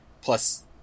Plus